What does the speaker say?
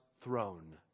throne